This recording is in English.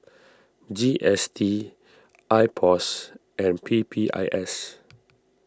G S T I Pos and P P I S